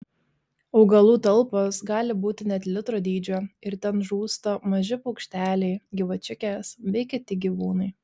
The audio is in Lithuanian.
augalų talpos gali būti net litro dydžio ir ten žūsta maži paukšteliai gyvačiukės bei kiti gyvūnai